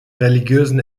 religiösen